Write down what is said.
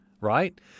right